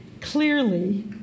clearly